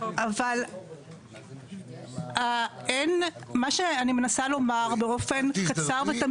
אבל מה שאני מנסה לומר באופן קצר ותמציתי,